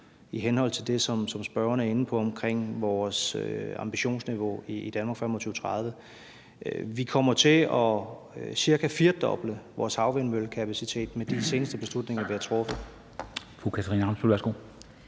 i henhold til det, som spørgeren er inde på omkring vores ambitionsniveau i Danmark i forbindelse med 2025 og 2030, at vi jo kommer til cirka at firedoble vores havvindmøllekapacitet med de seneste beslutninger, vi har truffet.